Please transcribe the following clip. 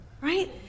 Right